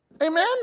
Amen